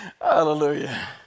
Hallelujah